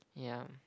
ya